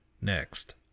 next